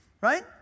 right